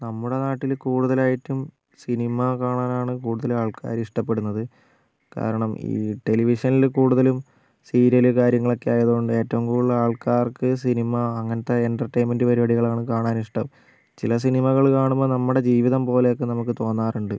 നമ്മുടെ നാട്ടിൽ കൂടുതലായിട്ടും സിനിമ കാണാനാണ് കൂടുതൽ ആൾക്കാരും ഇഷ്ടപ്പെടുന്നത് കാരണം ഈ ടെലിവിഷനിൽ കൂടുതലും സീരിയല് കാര്യങ്ങളൊക്കെയായത് കൊണ്ട് ഏറ്റവും കൂടുതൽ ആൾക്കാർക്ക് സിനിമ അങ്ങനത്തെ എൻ്റർടൈൻമെന്റ് പരിപാടികളാണ് കാണാനിഷ്ടം ചില സിനിമകൾ കാണുമ്പോൾ നമ്മുടെ ജീവിതം പോലെയൊക്കെ നമുക്ക് തോന്നാറുണ്ട്